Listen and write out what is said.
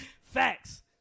Facts